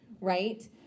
right